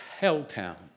Helltown